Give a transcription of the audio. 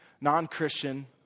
non-Christian